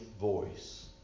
voice